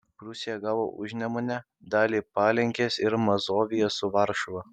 prūsija gavo užnemunę dalį palenkės ir mazoviją su varšuva